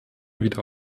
wieder